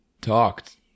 talked